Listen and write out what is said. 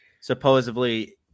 supposedly